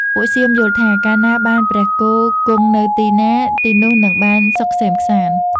ពួកសៀមយល់ថា កាលណាបានព្រះគោគង់នៅទីណា ទីនោះនឹងបានសុខក្សេមក្សាន្ដ។